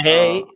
Hey